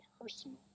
personal